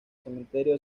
cementerio